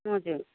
हजुर